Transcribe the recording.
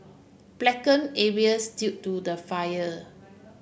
blacken areas due to the fire